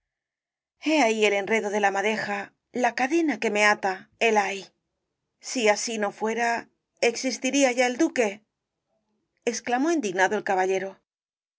ahí el enredo de la madeja la cadena que me ata hela ahí si así no fuera existiría ya el duque exclamó indignado el caballero